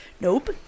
nope